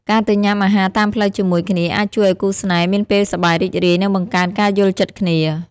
ការទៅញុំអាហារតាមផ្លូវជាមួយគ្នាអាចជួយឱ្យគូស្នេហ៍មានពេលសប្បាយរីករាយ និងបង្កើនការយល់ចិត្តគ្នា។